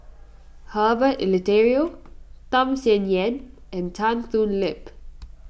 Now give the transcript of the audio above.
Herbert Eleuterio Tham Sien Yen and Tan Thoon Lip